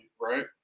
right